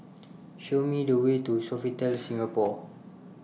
Show Me The Way to Sofitel Singapore